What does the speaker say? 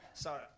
Sorry